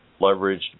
leveraged